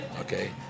Okay